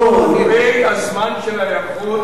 פרקי הזמן של ההיערכות